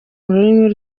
rurimi